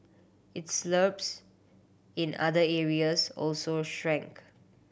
its in other areas also shrank